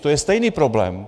To je stejný problém.